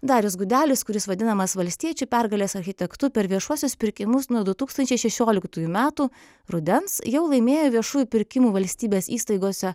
darius gudelis kuris vadinamas valstiečių pergalės architektu per viešuosius pirkimus nuo du tūkstančiai šešioliktųjų metų rudens jau laimėjo viešųjų pirkimų valstybės įstaigose